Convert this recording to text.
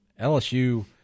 LSU